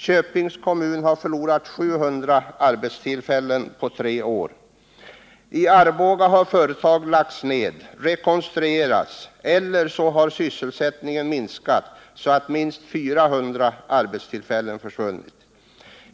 Köpings kommun har förlorat 700 arbetstillfällen på tre år. I Arboga har företag lagts ned, rekonstruerats eller minskat antalet sysselsatta så att minst 400 arbetstillfällen försvunnit.